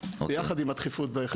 ביחד עם הדחיפות בכירופרקטיקה.